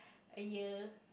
a year